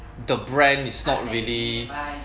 the brand is not really